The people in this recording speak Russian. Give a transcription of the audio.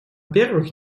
первых